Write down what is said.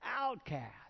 Outcast